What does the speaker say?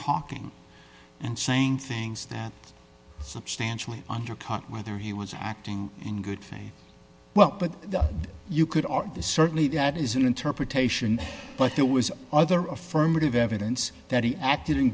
talking and saying things that substantially undercut whether he was acting in good faith well but you could are the certainly that is an interpretation but there was other affirmative evidence that he acted in